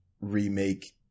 remake